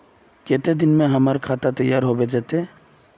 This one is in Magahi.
केते दिन में हमर खाता तैयार होबे जते?